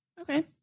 Okay